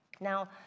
Now